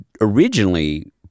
originally